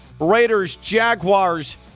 Raiders-Jaguars